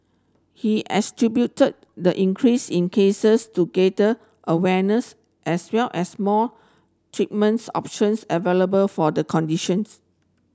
he attributed the increase in cases to greater awareness as well as more treatments options available for the conditions